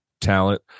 talent